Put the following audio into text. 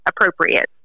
appropriate